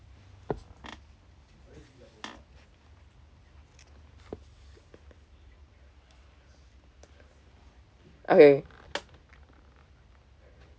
okay